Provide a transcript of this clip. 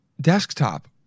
desktop